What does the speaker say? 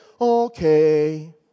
okay